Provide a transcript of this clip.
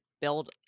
build